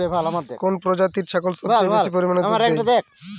কোন প্রজাতির ছাগল সবচেয়ে বেশি পরিমাণ দুধ দেয়?